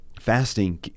fasting